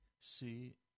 see